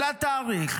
יהודים.